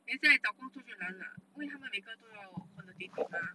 then 现在找工作就难啊因为它们每个都要 quantitative mah